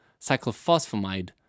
cyclophosphamide